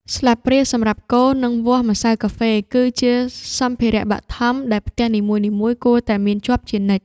ស្លាបព្រាសម្រាប់កូរ និងវាស់ម្សៅកាហ្វេ គឺជាសម្ភារៈបឋមដែលផ្ទះនីមួយៗគួរតែមានជាប់ជានិច្ច។